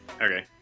Okay